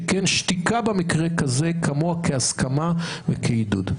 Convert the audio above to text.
שכן שתיקה במקרה כזה כמוה כהסכמה וכעידוד.